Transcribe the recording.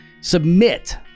submit